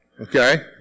okay